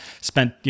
Spent